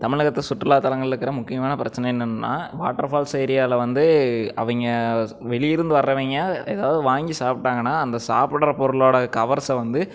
தமிழகத்தை சுற்றுலா தளங்களில் இருக்கிற முக்கியமான பிரச்சின என்னெனனா வாட்ரு ஃபால்ஸ் ஏரியாவில் வந்து அவங்க வெளியிருந்து வரவங்க எதாவது வாங்கி சாப்பிட்டாங்கனா அந்த சாப்பிட்ற பொருளோடு கவர்ஸை வந்து